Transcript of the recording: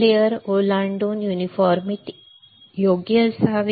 थर ओलांडून एकसमानता योग्य असावी